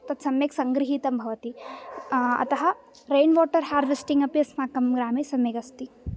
तत् सम्यक् सङ्ग्रहीतं भवति अतः रैन् वाटर् हार्वेस्टिङ्ग् अपि अस्माकं ग्रामे सम्यगस्ति